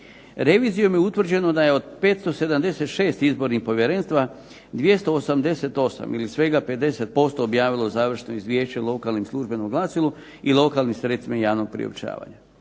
Revizijom je utvrđeno da je od 576 izbornih povjerenstava 288 ili svega 50% objavilo završno izvješće u lokalnom službenom glasilu i lokalnim sredstvima javnog priopćavanja.